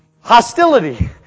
hostility